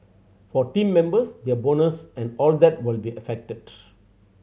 for team members their bonus and all that will be affected